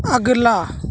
اگلا